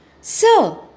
Sir